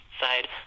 side